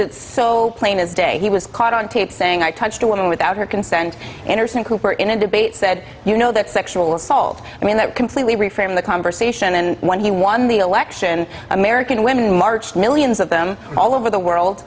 it's so plain as day he was caught on tape saying i touched a woman without her consent anderson cooper in a debate said you know that sexual assault i mean that completely reframe the conversation and when he won the election american women marched millions of them all over the